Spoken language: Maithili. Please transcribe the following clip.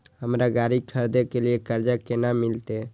हमरा गाड़ी खरदे के लिए कर्जा केना मिलते?